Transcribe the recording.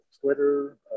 Twitter